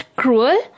cruel